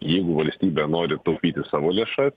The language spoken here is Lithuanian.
jeigu valstybė nori taupyti savo lėšas